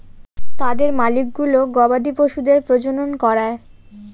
তাদের মালিকগুলো গবাদি পশুদের প্রজনন করায়